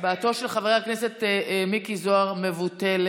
הצבעתו של חבר הכנסת מיקי זוהר מבוטלת.